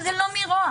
זה לא מרוע,